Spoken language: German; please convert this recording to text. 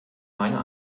meiner